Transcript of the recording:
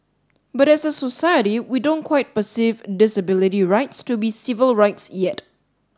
but as a society we don't quite perceive disability rights to be civil rights yet